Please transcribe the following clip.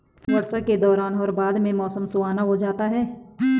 वर्षा के दौरान और बाद में मौसम सुहावना हो जाता है